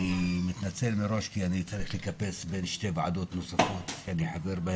אני מתנצל מראש כי אני צריך לדלג בין שתי ועדות נוספות בהן אני חבר,